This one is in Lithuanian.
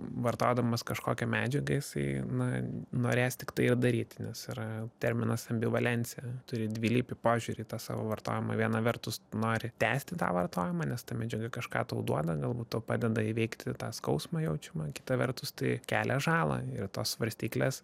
vartodamas kažkokią medžiagą jisai na norės tik tai ir daryti nes yra terminas ambivalencija turi dvilypį požiūrįį tą savo vartojimą viena vertus nori tęsti tą vartojimą nes ta medžiaga kažką tau duoda galbūt tau padeda įveikti tą skausmą jaučiamą kita vertus tai kelia žalą ir tos svarstyklės